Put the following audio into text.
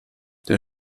der